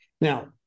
Now